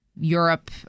Europe